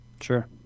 Sure